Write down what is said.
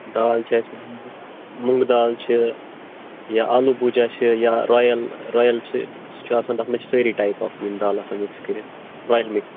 دال چھِ اَسہِ مونٛگ دال چھِ یا آلوٗ بوٗجا چھِ یا رۄیَل رۄیَل چھِ سُہ چھُ آسان تَتھ منٛز چھِ سٲری ٹایپ آف یِم دال آسان مِکٕس کٔرِتھ رۄیَل مِکٕس